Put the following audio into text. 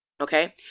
Okay